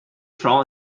strong